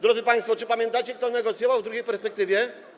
Drodzy państwo, czy pamiętacie, kto negocjował w drugiej perspektywie?